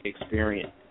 Experience